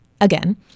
again